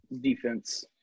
defense